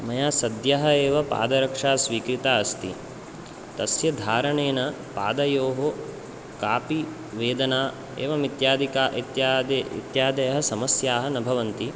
मया सद्यः एव पादरक्षा स्वीकृता अस्ति तस्य धारणेन पादयोः कापि वेदना एवमित्यदिक इत्यादि इत्यादयः समस्याः न भवन्ति